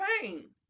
pain